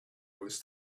was